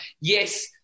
Yes